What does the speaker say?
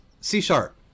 C-Sharp